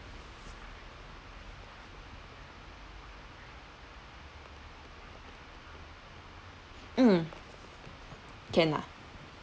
mm can lah